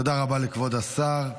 תודה רבה לכבוד השר.